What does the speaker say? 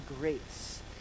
grace